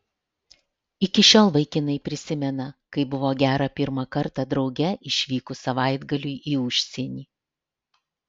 iki šiol vaikinai prisimena kaip buvo gera pirmą kartą drauge išvykus savaitgaliui į užsienį